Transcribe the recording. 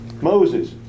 Moses